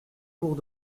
cours